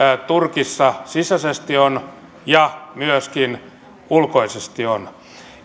turkissa sisäisesti on ja myöskin ulkoisesti on